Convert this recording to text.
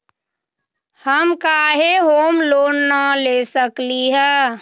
हम काहे home loan न ले सकली ह?